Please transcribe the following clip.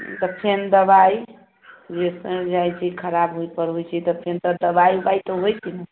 तखनि दवाइ खराब होइत छै तऽ फेर दवाइ उवाइ तऽ होइत छै ने